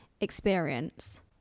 experience